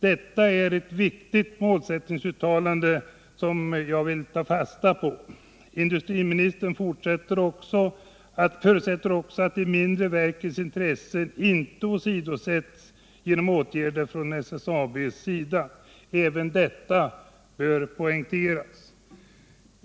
Detta är ett viktigt målsättningsuttalande, som jag vill ta fasta på. Industriministern förutsätter också att de mindre verkens intressen inte åsidosätts genom åtgärder som SSAB vidtar. Även detta bör poängteras.